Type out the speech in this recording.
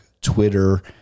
Twitter